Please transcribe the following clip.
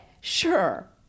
sure